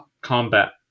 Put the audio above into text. combat